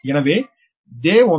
எனவே jCanVLN